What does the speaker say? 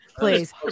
Please